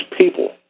people